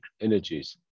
energies